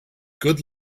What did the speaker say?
good